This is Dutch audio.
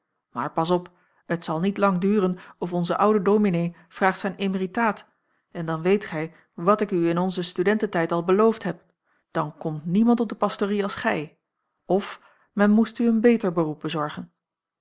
maar pas op het zal niet lang duren of onze oude dominee vraagt zijn emeritaat en dan weet gij wat ik u in onzen studentetijd al beloofd heb dan komt niemand op de pastorie als gij of men moest u een beter beroep bezorgen